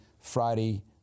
Friday